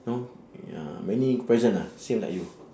you know ya many present ah same like you